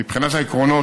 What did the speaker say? מבחינת העקרונות,